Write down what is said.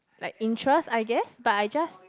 like interest I guess but I just